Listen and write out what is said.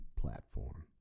platform